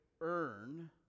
earn